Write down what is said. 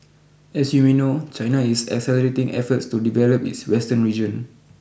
as you may know China is accelerating efforts to develop its western region